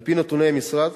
על-פי נתוני המשרד,